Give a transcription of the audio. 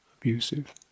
abusive